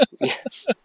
Yes